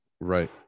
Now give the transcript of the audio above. right